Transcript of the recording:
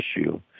issue